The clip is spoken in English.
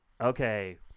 Okay